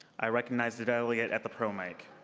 i recognize the delegate at the pro mic.